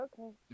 okay